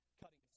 cutting